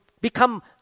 become